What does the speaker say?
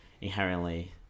inherently